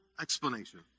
explanation